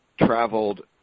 traveled